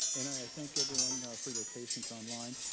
and i think everyone for their patience online.